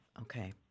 Okay